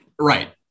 Right